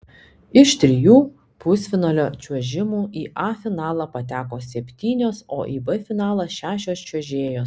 iš trijų pusfinalio čiuožimų į a finalą pateko septynios o į b finalą šešios čiuožėjos